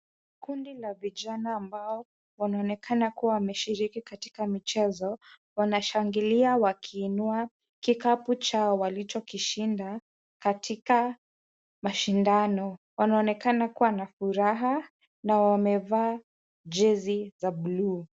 Kundi la vijana ambao wanaonekana kuwa wameshiriki katika michezo wanashangilia wakiinua kikapu chao walichokishinda katika mashindano. Wanaonekana kuwa na furaha na wamevaa jezi za bluu.